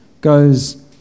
goes